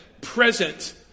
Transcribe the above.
present